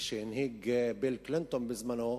שהנהיג ביל קלינטון בזמנו,